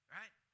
right